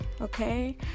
okay